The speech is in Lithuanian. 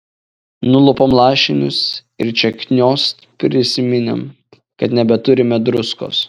nulupom lašinius ir čia kniost prisiminėm kad nebeturime druskos